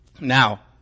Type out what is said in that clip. Now